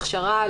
הכשרה,